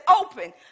open